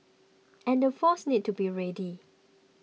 and the forces need to be ready